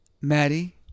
maddie